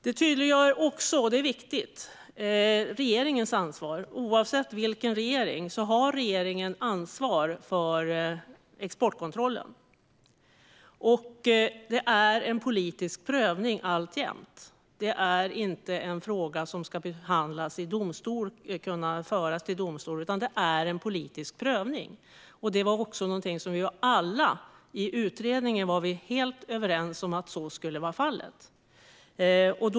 Det tydliggör också, vilket är viktigt, regeringens ansvar. Oavsett vilken regering det är har regeringen ansvar för exportkontrollen. Det är alltjämt en politisk prövning som ska göras. Det är inte en fråga som ska behandlas i domstol, utan det är en politisk prövning som ska ske. I utredningen var vi helt överens om att så skulle vara fallet.